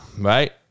right